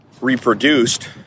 reproduced